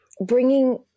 bringing